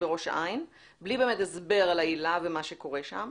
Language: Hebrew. בראש העין בלי הסבר על העילה ומה שקורה שם.